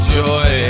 joy